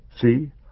See